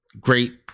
great